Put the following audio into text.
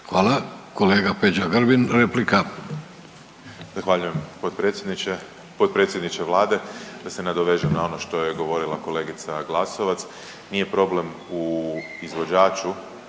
Zahvaljujem potpredsjedniče. Potpredsjedniče Vlade. Da se nadovežem na ono što je govorila kolegica Glasovac. Nije problem u izvođaču,